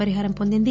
పరిహారం పొందింది